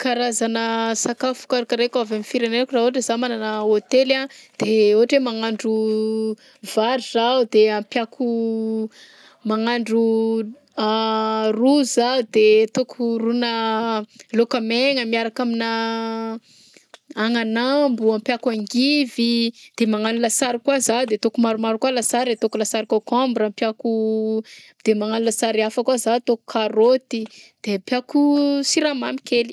Karazana sakafo karakaraiko avy amy fireneko raha ôhatra za magnana hôtely a de ôhatra hoe magnandro vary zaho de ampiako magnandro ro za de ataoko ronà laoka megna miaraka aminah agnanambo ampiako angivy de magnano lasary koa za de ataoko maromaro kôa lasary ataoko lasary kôkômbra ampiako de magnano lasary hafa kôa zah ataoko karôty de ampiako siramamy kely.